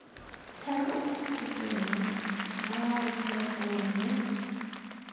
أسۍ ہٮ۪کو کۄکُر تہِ رٔنِتھ ماز تہِ ہٮ۪کو رٔنِتھ